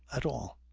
at all.